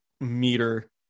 meter